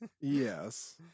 yes